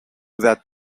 that